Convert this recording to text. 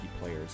players